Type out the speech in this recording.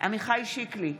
עמיחי שיקלי,